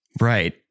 Right